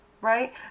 right